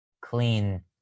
clean